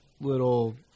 little